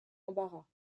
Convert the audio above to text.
embarras